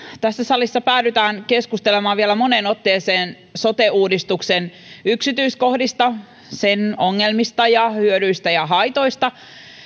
tässä salissa päädytään keskustelemaan vielä moneen otteeseen sote uudistuksen yksityiskohdista sen ongelmista ja hyödyistä ja haitoista